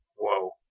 whoa